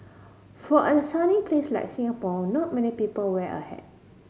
for and sunny place like Singapore not many people wear a hat